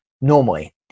normally